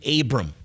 Abram